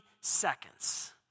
seconds